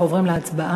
אנחנו עוברים להצבעה.